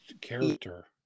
character